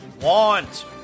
want